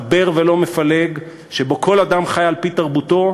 מחבר ולא מפלג, שבו כל אדם חי על-פי תרבותו,